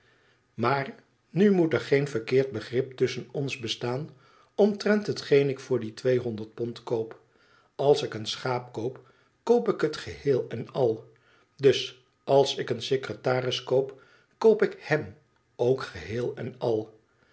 maar nu moet er geen verkeerd begrip tusschen ons bestaan omtrent hetgeen ik voor die tweehonderd pond koop als ik een schaap koop koop ik het geheel en al dus als ik een secretaris koop koop ik hem ook geheel en al